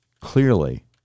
clearly